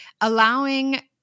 allowing